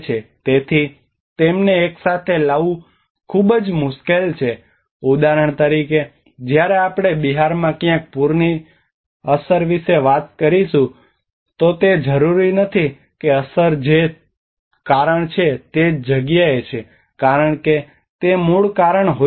તેથી તેમને એકસાથે લાવવું ખૂબ જ મુશ્કેલ છે ઉદાહરણ તરીકે જ્યારે આપણે બિહારમાં ક્યાંક પૂરની અસર વિશે વાત કરીશું તો તે જરૂરી નથી કે અસર જે કારણ છે તે જ જગ્યાએ છે કારણ કે તે મૂળ કારણ હોઈ શકે છે